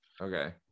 Okay